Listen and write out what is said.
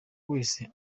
wese